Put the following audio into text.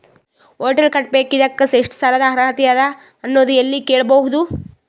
Hotel ಕಟ್ಟಬೇಕು ಇದಕ್ಕ ಎಷ್ಟ ಸಾಲಾದ ಅರ್ಹತಿ ಅದ ಅನ್ನೋದು ಎಲ್ಲಿ ಕೇಳಬಹುದು?